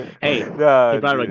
hey